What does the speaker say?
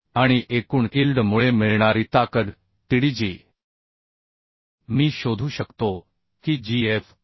आणि एकूण इल्ड मुळे मिळणारी ताकद tdg मी शोधू शकतो की gfy